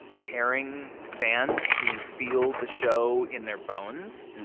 caring fans who feel the show in their bones.